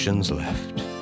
Left